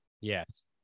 Yes